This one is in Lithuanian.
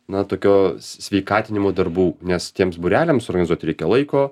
na tokio s sveikatinimo darbų nes tiems būreliams organizuot reikia laiko